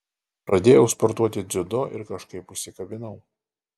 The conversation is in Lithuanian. pradėjau sportuoti dziudo ir kažkaip užsikabinau